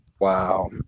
Wow